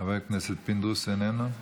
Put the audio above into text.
חבר הכנסת פינדרוס, איננו.